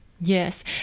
Yes